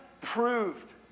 proved